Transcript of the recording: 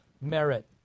merit